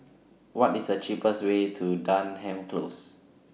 What IS The cheapest Way to Denham Close